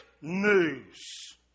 news